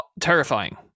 terrifying